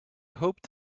hoped